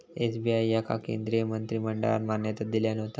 SBI याका केंद्रीय मंत्रिमंडळान मान्यता दिल्यान होता